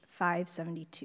572